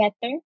better